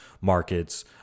markets